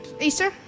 Easter